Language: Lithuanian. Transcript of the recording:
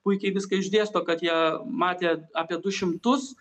puikiai viską išdėsto kad jie matė apie du šimtus